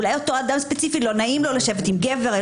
אולי אותו אדם ספציפי לא נעים לו לשבת עם גבר.